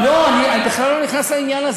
אבל הטיפול, עדיין,